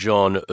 John